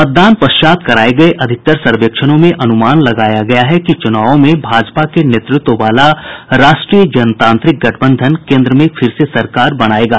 मतदान पश्चात कराये गये अधिकतर सर्वेक्षणों में अनुमान लगाया गया है कि चुनावों में भाजपा के नेतृत्व वाला राष्ट्रीय जनतांत्रिक गठबंधन केन्द्र में फिर से सरकार बनायेगा